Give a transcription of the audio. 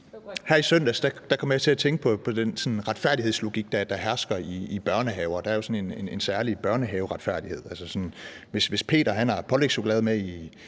Her i søndags kom jeg til at tænke på den retfærdighedslogik, der hersker i børnehaver – der er jo sådan en særlig børnehaveretfærdighed: Hvis Peter har pålægschokolade med i